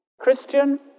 Christian